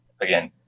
again